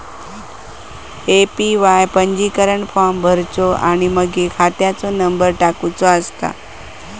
APY पंजीकरण form भरुचो आणि मगे खात्याचो नंबर टाकुचो असता